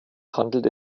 handelt